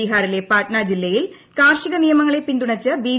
ബീഹാറിലെ പട്ന ജില്ലയിൽ കാർഷിക നിയമങ്ങളെ പിന്തുണച്ച് ബി